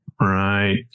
Right